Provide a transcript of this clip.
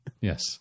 Yes